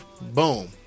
boom